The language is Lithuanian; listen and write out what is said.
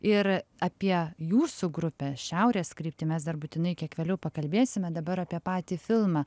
ir apie jūsų grupę šiaurės kryptį mes dar būtinai kiek vėliau pakalbėsime dabar apie patį filmą